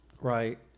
Right